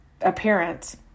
appearance